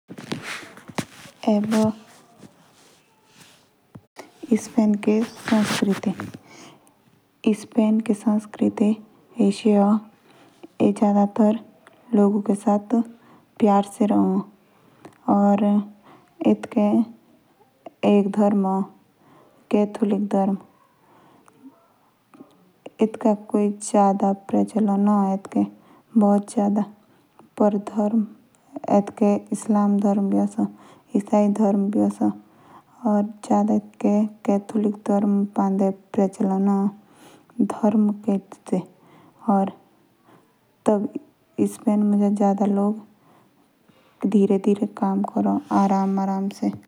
जो स्पेन की संस्कृति है। से बहुत दर्द है। से लोगु के साथ पेर से रहो। से बहुत अच्छे इंसान हैं। स्पेन के लोग ख़ूब मस्ती करो।